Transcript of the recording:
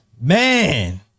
Man